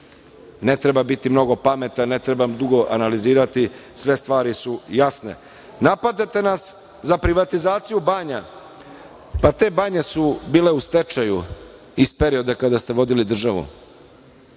Ne treba biti mnogo pametan, ne trebam dugo analizirati, sve stvari su jasne. Napadate nas za privatizaciju banja, pa te banje su bile u stečaju iz perioda kada ste vodili državu.